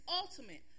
ultimate